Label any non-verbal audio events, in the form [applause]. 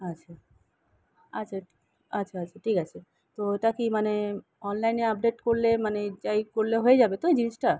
আচ্ছা আচ্ছা [unintelligible] আচ্ছা আচ্ছা ঠিক আছে তো ওটা কি মানে অনলাইনে আপডেট করলে মানে যাই করলে হয়ে যাবে তো জিনিসটা